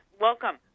welcome